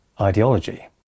ideology